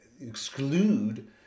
exclude